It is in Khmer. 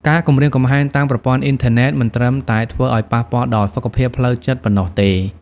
ការគំរាមកំហែងតាមប្រព័ន្ធអ៊ីនធឺណិតមិនត្រឹមតែធ្វើឲ្យប៉ះពាល់ដល់សុខភាពផ្លូវចិត្តប៉ុណ្ណោះទេ។